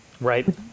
Right